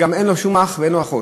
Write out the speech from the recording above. וגם אין לו שום אח ואין לו אחות.